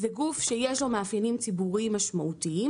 זה גוף שיש לו מאפיינים ציבוריים משמעותיים,